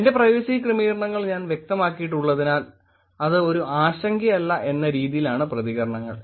എന്റെ പ്രൈവസി ക്രമീകരണങ്ങൾ ഞാൻ വ്യക്തമാക്കിയിട്ടുള്ളതിനാൽ അത് ഒരു ആശങ്കയല്ല എന്ന രീതിയിലാണ് പ്രതികരണങ്ങൾ